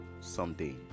someday